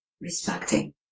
respecting